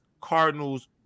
Cardinals